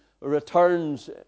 returns